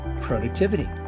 productivity